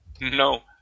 No